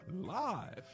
live